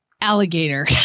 alligator